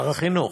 שר החינוך,